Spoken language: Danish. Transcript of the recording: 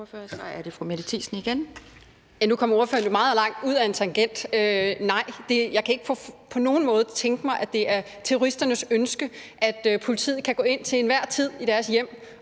Nu kom ordføreren jo meget langt ud ad en tangent. Nej, jeg kan ikke på nogen måde tænke mig, at det er terroristernes ønske, at politiet til enhver tid kan gå ind i deres hjem